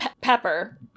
Pepper